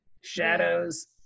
shadows